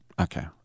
Okay